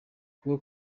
kuba